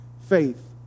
faith